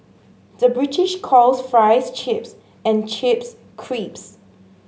the British calls fries chips and chips crisps